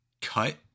cut